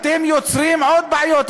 אתם יוצרים עוד בעיות,